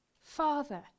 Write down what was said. Father